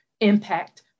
impact